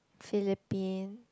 Philippines